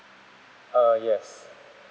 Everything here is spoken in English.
uh yes